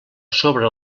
sobre